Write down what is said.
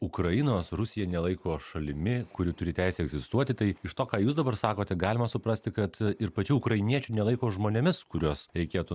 ukrainos rusija nelaiko šalimi kuri turi teisę egzistuoti tai iš to ką jūs dabar sakote galima suprasti kad ir pačių ukrainiečių nelaiko žmonėmis kuriuos reikėtų